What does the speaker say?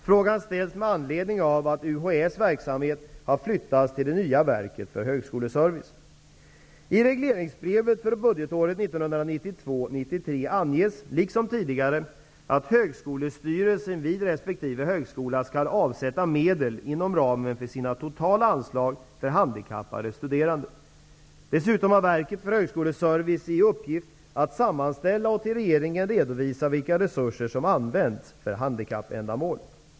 Frågan ställs med anledning av att UHÄ:s verksamhet har flyttats till det nya I regleringsbrevet för budgetåret 1992/93 anges, liksom tidigare, att högskolestyrelsen vid resp. högskola skall avsätta medel inom ramen för sina totala anslag för handikappade studerande. Dessutom har Verket för högskoleservice i uppgift att sammanställa och till regeringen redovisa vilka resurser som använts för handikappändamål.